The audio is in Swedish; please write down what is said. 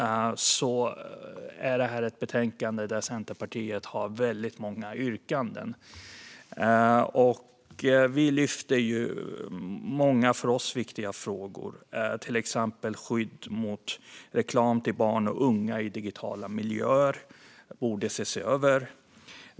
Centerpartiet har många reservationer i betänkandet, och vi tar upp många för oss viktiga frågor. Det handlar till exempel om att skyddet mot reklam till barn och unga i digitala miljöer borde ses över.